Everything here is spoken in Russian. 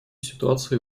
ситуации